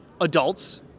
adults